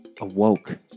awoke